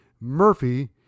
Murphy